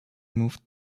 moved